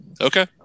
Okay